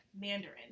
Mandarin